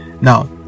now